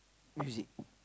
music